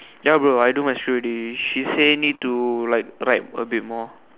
ya bro I do my shoot already she say need to like write a bit more